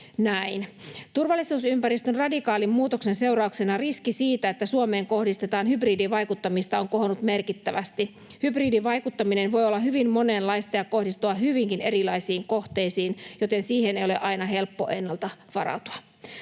”Turvallisuusympäristön radikaalin muutoksen seurauksena riski siitä, että Suomeen kohdistetaan hybridivaikuttamista, on kohonnut merkittävästi. Hybridivaikuttaminen voi olla hyvin monenlaista ja kohdistua hyvinkin erilaisiin kohteisiin, joten siihen ei ole aina helppo ennalta varautua.”